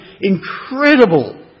incredible